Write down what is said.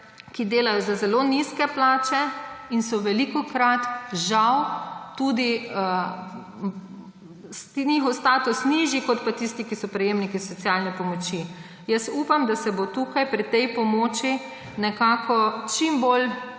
ki delajo za zelo nizke plače. Žal je velikokrat njihov status nižji od tistih, ki so prejemniki socialne pomoči. Jaz upam, da se bo pri tej pomoči čim bolj